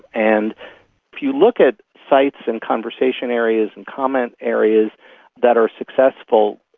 and you look at sites and conversation areas and comment areas that are successful,